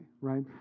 Right